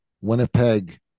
Winnipeg